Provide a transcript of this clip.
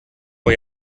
vor